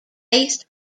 based